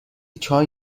چای